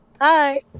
hi